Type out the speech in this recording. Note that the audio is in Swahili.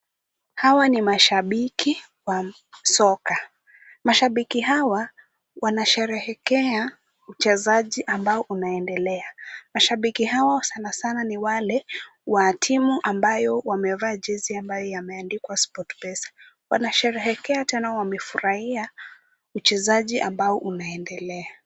Hawa ni mashabiki wa soka. Mashabiki hawa wanasherehekea uchezaji ambao unaendelea. Mashabiki hawa sana sana ni wale wa timu ambayo wamevaa jezi ambayo yameandikwa Sportpesa. Wanasherehekea tena wamefurahia uchezaji ambao unaendelea.